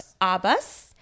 Abbas